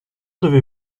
devez